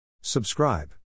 Subscribe